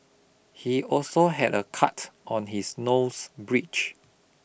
he also had a cut on his nose bridge